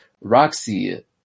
Roxy